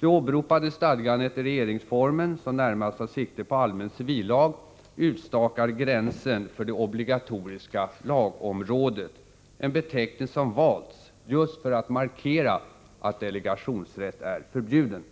Det åberopade stadgandet i regeringsformen, som närmast tar sikte på allmän civillag, utstakar gränsen för det obligatoriska lagområdet, en beteckning som valts just för att markera att delegationsrätt är förbjuden.